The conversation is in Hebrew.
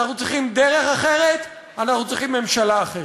אנחנו צריכים דרך אחרת, אנחנו צריכים ממשלה אחרת.